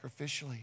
sacrificially